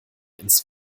ins